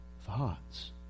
thoughts